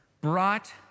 brought